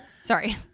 Sorry